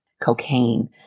cocaine